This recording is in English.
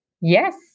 Yes